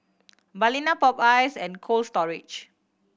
Balina Popeyes and Cold Storage